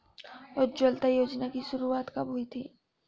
उज्ज्वला योजना की शुरुआत कब हुई थी?